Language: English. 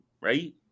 right